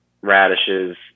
radishes